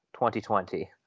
2020